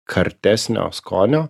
kartesnio skonio